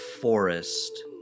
forest